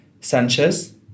Sanchez